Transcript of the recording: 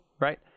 right